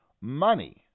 money